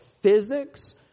physics